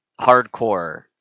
hardcore